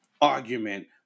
argument